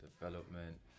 development